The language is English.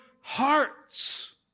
hearts